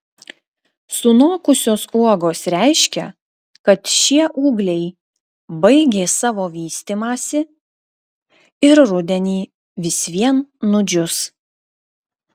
sunokusios uogos reiškia kad šie ūgliai baigė savo vystymąsi ir rudenį vis vien nudžius